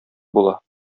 була